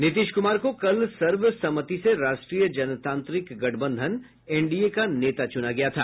नीतीश कुमार को कल सर्वसम्मति से राष्ट्रीय जनतांत्रिक गठबंधन एनडीए का नेता च्रना गया था